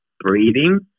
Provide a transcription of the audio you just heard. breathing